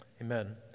Amen